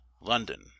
london